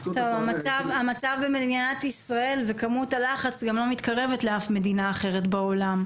המצב במדינת ישראל וכמות הלחץ גם לא מתקרבים לאף מדינה אחרת בעולם.